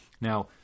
Now